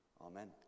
Amen